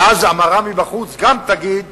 ואז המראה מבחוץ גם תגיד: